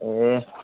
ए